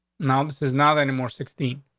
now, this is not anymore sixteen.